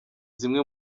zimwe